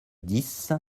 dix